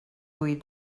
huit